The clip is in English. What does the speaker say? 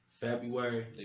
February